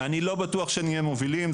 אני לא בטוח שנהיה מובילים,